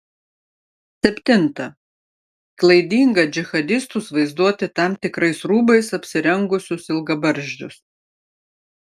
septinta klaidinga džihadistus vaizduoti tam tikrais rūbais apsirengusius ilgabarzdžius